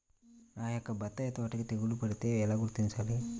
నా యొక్క బత్తాయి తోటకి తెగులు పడితే ఎలా గుర్తించాలి?